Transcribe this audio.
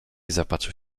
zapatrzył